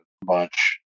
bunch